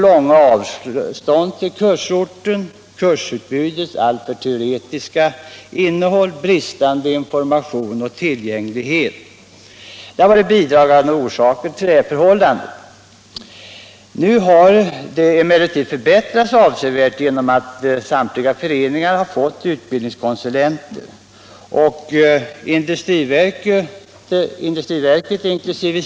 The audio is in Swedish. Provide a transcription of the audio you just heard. Långa avstånd till kursorten, kursutbudets alltför teoretiska innehåll och bristande information om tillgängligt utbud anges som bidragande orsaker till detta förhållande. Situationen torde numera ha förbättrats avsevärt genom att samtliga företagarföreningar har fått utbildningskonsulenter. Industriverket inkl.